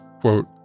quote